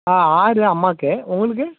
ஆ ஆறு அம்மாவுக்கு உங்களுக்கு